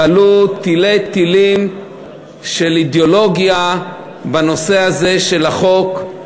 תלי-תלים של אידיאולוגיה בנושא הזה של החוק,